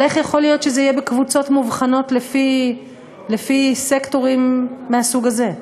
אבל איך יכול להיות שזה יהיה בקבוצות מובחנות לפי סקטורים מהסוג הזה?